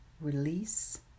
Release